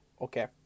okay